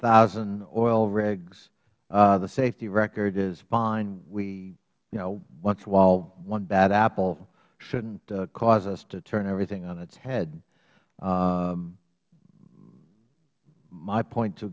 thousand oil rigs the safety record is fine you know once in a while one bad apple shouldn't cause us to turn everything on its head my point to